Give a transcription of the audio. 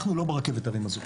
אנחנו לא ברכבת הרים הזו.